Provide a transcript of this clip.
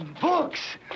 books